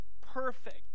perfect